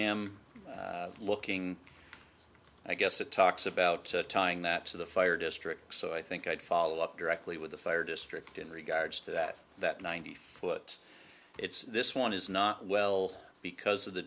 am looking i guess it talks about tying that to the fire district so i think i'd follow up directly with the fire district in regards to that that ninety foot it's this one is not well because of the